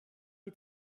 die